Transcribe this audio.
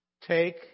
Take